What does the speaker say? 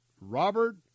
Robert